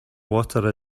water